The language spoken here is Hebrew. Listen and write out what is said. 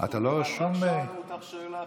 אנחנו רק שאלנו אותך שאלה אחת.